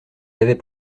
avait